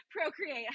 procreate